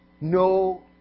no